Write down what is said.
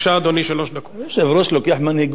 יושב-ראש לוקח מנהיגות, ככה צריך להיות.